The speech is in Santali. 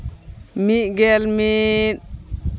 ᱢᱤᱫ ᱜᱮᱞ ᱢᱤᱫ